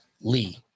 Lee